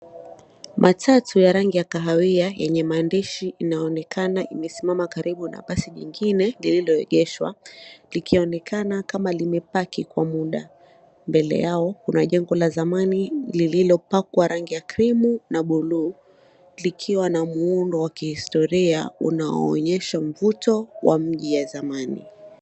Matatu ya rangi ya kahawia yenye we maandishi inaonekana imesimama karibu na basi nyingine lililolegeshwa likionekana kama limepaki kwa muda mbele yao kuna jambo la zamani lililopakwa rangi ya krimu na buluu likiwa na muundo wa kihistoria unaonyesha mvuto wa mji ya zamani.